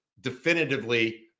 definitively